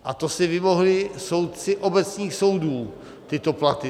A to si vymohli soudci obecných soudů, tyto platy.